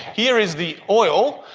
here is the oil.